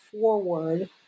forward